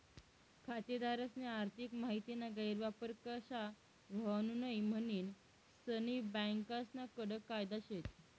खातेदारस्नी आर्थिक माहितीना गैरवापर कशा व्हवावू नै म्हनीन सनी बँकास्ना कडक कायदा शेत